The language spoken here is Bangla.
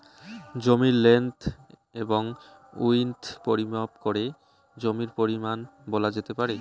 জমির লেন্থ এবং উইড্থ পরিমাপ করে জমির পরিমান বলা যেতে পারে